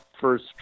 first